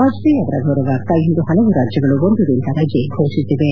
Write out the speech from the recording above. ವಾಜಪೇಯಿ ಅವರ ಗೌರವಾರ್ಥ ಇಂದು ಹಲವು ರಾಜ್ಲಗಳು ಒಂದು ದಿನದ ರಜೆ ಘೋಷಿಸಿವೆ